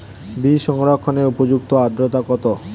বীজ সংরক্ষণের উপযুক্ত আদ্রতা কত?